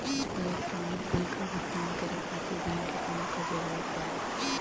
electronic bill क भुगतान करे खातिर बैंक अकांउट क जरूरत पड़ला